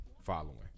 following